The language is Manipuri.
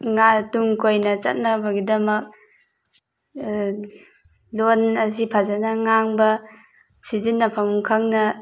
ꯇꯨꯡ ꯀꯣꯏꯅ ꯆꯠꯅꯕꯒꯤꯗꯃꯛ ꯂꯣꯟ ꯑꯁꯤ ꯐꯖꯅ ꯉꯥꯡꯕ ꯁꯤꯖꯤꯟꯅꯐꯝ ꯈꯪꯅ